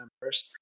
members